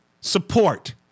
support